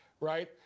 right